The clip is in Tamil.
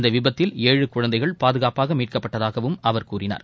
இந்த விபத்தில் ஏழு குழந்தைகள் பாதுகாப்பாக மீட்கப்பட்டதாகவும் அவர் கூறினார்